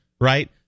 right